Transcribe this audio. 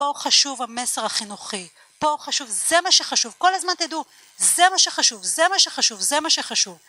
פה חשוב המסר החינוכי, פה חשוב, זה מה שחשוב, כל הזמן תדעו, זה מה שחשוב, זה מה שחשוב, זה מה שחשוב